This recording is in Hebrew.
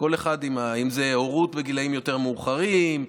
אם זה הורות בגילים יותר מאוחרים,